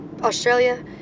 Australia